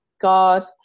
God